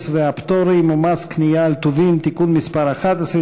והפטורים ומס קנייה על טובין (תיקון מס' 11),